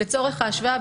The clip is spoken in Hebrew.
לצורך ההשוואה,